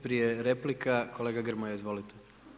Prije replika, kolega Grmoja, izvolite.